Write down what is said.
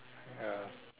ya